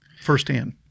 firsthand